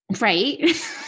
right